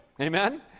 amen